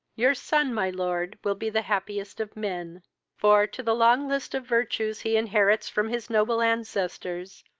your son, my lord, will be the happiest of men for, to the long list of virtues he inherits from his noble ancestors,